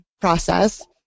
process